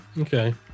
Okay